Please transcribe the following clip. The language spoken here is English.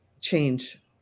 change